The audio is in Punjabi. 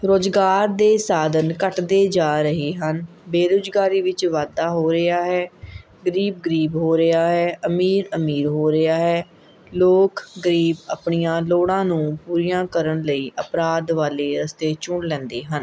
ਰੋਜ਼ਗਾਰ ਦੇ ਸਾਧਨ ਘੱਟਦੇ ਜਾ ਰਹੇ ਹਨ ਬੇਰੁਜ਼ਗਾਰੀ ਵਿੱਚ ਵਾਧਾ ਹੋ ਰਿਹਾ ਹੈ ਗਰੀਬ ਗਰੀਬ ਹੋ ਰਿਹਾ ਹੈ ਅਮੀਰ ਅਮੀਰ ਹੋ ਰਿਹਾ ਹੈ ਲੋਕ ਗਰੀਬ ਆਪਣੀਆਂ ਲੋੜਾਂ ਨੂੰ ਪੂਰੀਆਂ ਕਰਨ ਲਈ ਅਪਰਾਧ ਵਾਲੇ ਰਸਤੇ ਚੁਣ ਲੈਂਦੇ ਹਨ